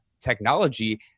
technology